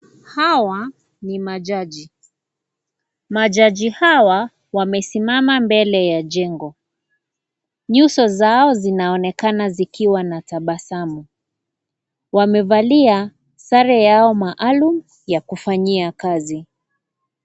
Hawa ni majaji, majaji hawa wamesimama mbele ya jengo. Nyuso zao zinaonekana zikiwa na tabasamu. Wamevalia sare yao maalum ya kufanyia kazi.